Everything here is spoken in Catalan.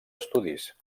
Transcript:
estudis